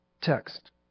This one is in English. text